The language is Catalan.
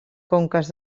conques